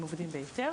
עובדים בהיתר